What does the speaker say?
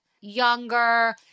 Younger